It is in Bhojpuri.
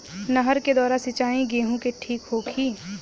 नहर के द्वारा सिंचाई गेहूँ के ठीक होखि?